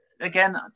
again